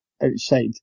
outside